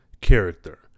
character